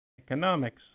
economics